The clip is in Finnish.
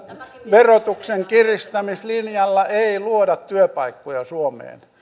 verotuksen kiristämislinjalla luoda työpaikkoja suomeen